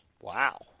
Wow